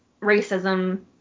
racism